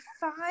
five